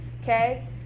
okay